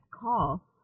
call